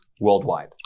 worldwide